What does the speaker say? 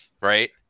right